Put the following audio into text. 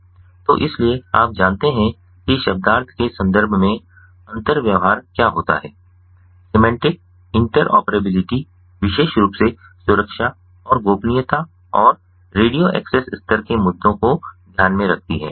तो इसलिए आप जानते हैं कि शब्दार्थ के संदर्भ में अंतर व्यवहार क्या होता है सिमेंटिक इंटरऑपरेबिलिटी विशेष रूप से सुरक्षा और गोपनीयता और रेडियो एक्सेस स्तर के मुद्दों को ध्यान में रखती है